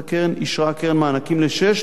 אישרה הקרן מענקים לשש תוכניות